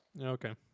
Okay